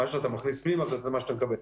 מה שאתה מכניס פנימה זה מה שאתה מקבל,